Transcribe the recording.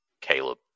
Caleb